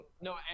No